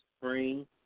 spring